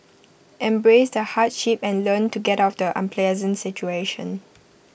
embrace the hardship and learn to get out of the unpleasant situation